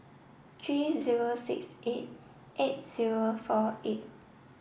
three zero six eight eight zero four eight